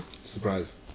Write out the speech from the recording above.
surprise